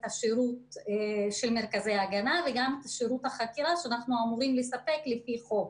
השירות של מרכזי ההגנה וגם שירות החקירה שאנחנו אמורים לספק לפי חוק.